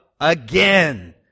again